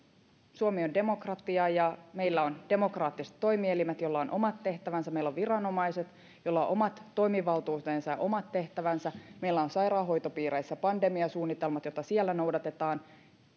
suomi on demokratia ja meillä on demokraattiset toimielimet joilla on omat tehtävänsä meillä on viranomaiset joilla on omat toimivaltuutensa ja omat tehtävänsä meillä on sairaanhoitopiireissä pandemiasuunnitelmat joita siellä noudatetaan